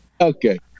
okay